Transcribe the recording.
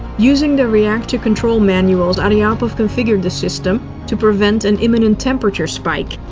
using the reactor control manuals, aryapov configured the system to prevent an imminent temperature spike.